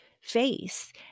face